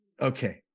Okay